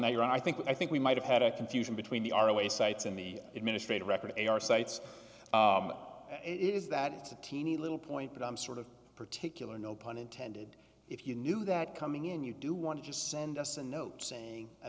run i think i think we might have had a confusion between the our way sites in the administrative record and our sites is that it's a teeny little point but i'm sort of particular no pun intended if you knew that coming in you do want to just send us a note saying i